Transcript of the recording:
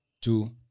Two